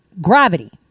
Gravity